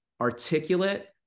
articulate